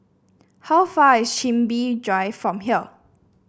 how far is Chin Bee Drive from here